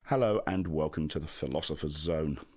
hello and welcome to the philosopher's zone,